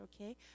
okay